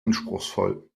anspruchsvoll